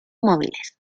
móviles